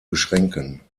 beschränken